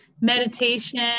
meditation